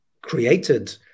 created